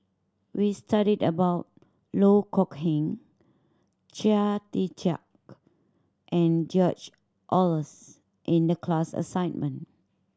we studied about Loh Kok Heng Chia Tee Chiak and George Oehlers in the class assignment